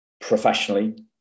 professionally